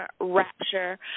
rapture